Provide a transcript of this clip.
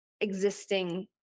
existing